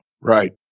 right